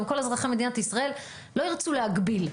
גם כל אזרחי מדינת ישראל לא ירצו להגביל.